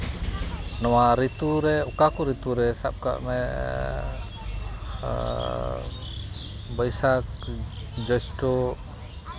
ᱱᱚᱣᱟ ᱨᱤᱛᱩ ᱨᱮ ᱚᱠᱟ ᱠᱚ ᱨᱤᱛᱩ ᱨᱮ ᱥᱟᱵ ᱠᱟᱜ ᱢᱮ ᱵᱳᱭᱥᱟᱠᱷ ᱡᱳᱥᱴᱚ